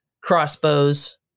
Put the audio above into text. crossbows